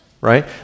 right